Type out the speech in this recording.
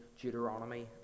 Deuteronomy